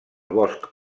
bosc